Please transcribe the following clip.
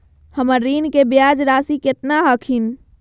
हमर ऋण के ब्याज रासी केतना हखिन?